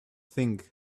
thing